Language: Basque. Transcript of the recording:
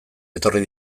etorri